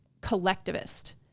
collectivist